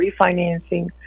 refinancing